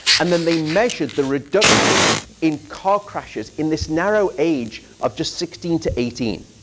and then they measured the reduction in car crashes in this narrow age of just sixteen to eighteen.